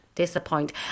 disappoint